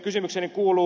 kysymykseni kuuluu